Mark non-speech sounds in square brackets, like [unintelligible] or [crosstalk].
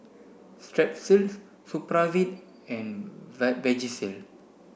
Strepsils Supravit and [unintelligible] Vagisil